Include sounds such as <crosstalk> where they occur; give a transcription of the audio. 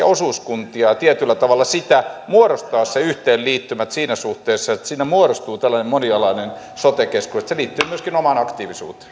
<unintelligible> osuuskuntia tietyllä tavalla muodostaa yhteenliittymän siinä suhteessa että sinne muodostuu monialainen sote keskus se liittyy myöskin omaan aktiivisuuteen <unintelligible>